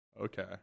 Okay